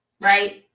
right